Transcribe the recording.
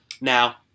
Now